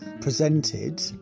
presented